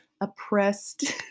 oppressed